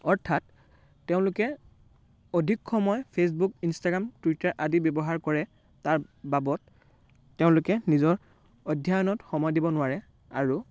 অৰ্থাৎ তেওঁলোকে অধিক সময় ফেচবুক ইনষ্টাগ্ৰাম টুইটাৰ আদি ব্যৱহাৰ কৰে তাৰ বাবদ তেওঁলোকে নিজৰ অধ্যয়নত সময় দিব নোৱাৰে আৰু